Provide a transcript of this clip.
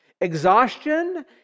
Exhaustion